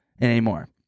anymore